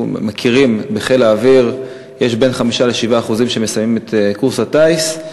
מכירים הן שבחיל האוויר 5% 7% מסיימים את קורס הטיס,